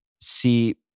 see